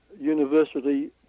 University